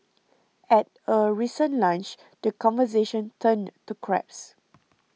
at a recent lunch the conversation turned to crabs